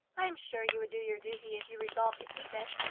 i am sure you would do your duty if you resolved to keep it,